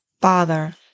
father